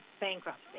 bankruptcy